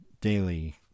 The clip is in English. daily